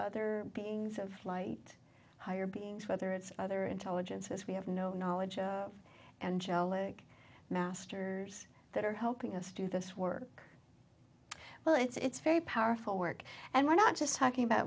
other beings of light higher beings whether it's other intelligence as we have no knowledge and leg masters that are helping us do this work well it's very powerful work and we're not just talking about